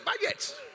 budget